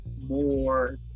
more